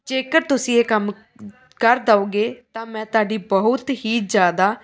ਜੇਕਰ ਤੁਸੀਂ ਇਹ ਕੰਮ ਕਰ ਦਓਗੇ ਤਾਂ ਮੈਂ ਤੁਹਾਡੀ ਬਹੁਤ ਹੀ ਜ਼ਿਆਦਾ